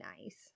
nice